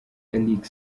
eric